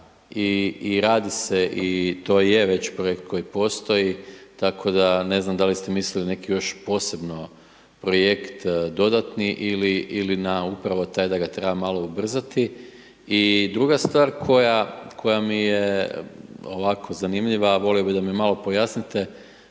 i radi se i to je već projekt koji postoji, tako da ne znam da li ste mislili neki još posebno projekt dodatni ili na upravo taj da ga treba malo ubrzati. I druga stvar koja, koja mi je ovako zanimljiva, a volio bi da mi malo pojasnite,